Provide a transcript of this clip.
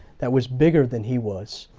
that was bigger than he was.